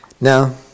Now